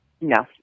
No